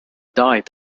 died